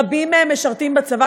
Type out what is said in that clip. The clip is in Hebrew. רבים מהם משרתים בצבא.